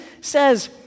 says